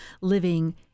living